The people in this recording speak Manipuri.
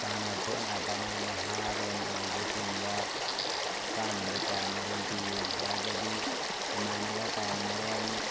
ꯁꯥꯟꯅ ꯈꯣꯠꯅꯕꯅ ꯅꯍꯥꯔꯣꯜ ꯑꯣꯏꯕꯁꯤꯡꯗ ꯀꯥꯟꯅꯕ ꯀꯌꯥ ꯑꯃꯔꯣꯝ ꯄꯤꯔꯤ ꯍꯥꯏꯕꯗꯤ ꯏꯃꯥꯟꯅꯕ ꯀꯌꯥ ꯑꯃꯔꯣꯝ